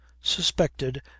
suspected